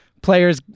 Players